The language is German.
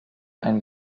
ein